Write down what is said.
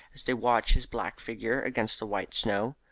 as they watched his black figure against the white snow.